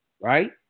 right